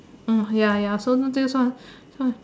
uh ya ya so not this one fine